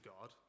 God